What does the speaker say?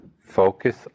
focus